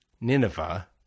Nineveh